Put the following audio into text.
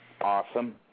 awesome